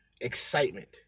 excitement